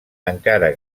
encara